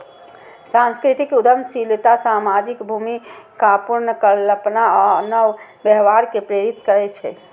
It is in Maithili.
सांस्कृतिक उद्यमशीलता सामाजिक भूमिका पुनर्कल्पना आ नव व्यवहार कें प्रेरित करै छै